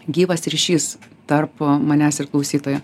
gyvas ryšys tarp a manęs ir klausytojo